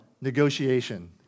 negotiation